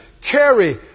carry